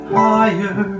higher